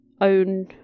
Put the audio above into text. own